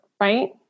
right